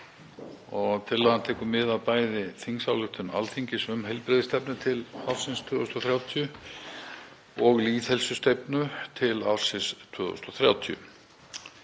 Tillagan tekur mið af bæði þingsályktun Alþingis um heilbrigðisstefnu til ársins 2030 og lýðheilsustefnu til ársins 2030.